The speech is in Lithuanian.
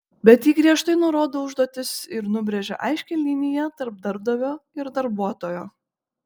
bet ji griežtai nurodo užduotis ir nubrėžia aiškią liniją tarp darbdavio ir darbuotojo